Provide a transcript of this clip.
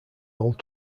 old